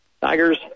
Tigers